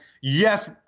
yes